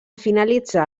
finalitzar